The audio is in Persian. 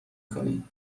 کنی